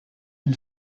qui